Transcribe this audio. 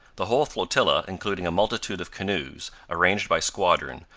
the whole flotilla, including a multitude of canoes arranged by squadron,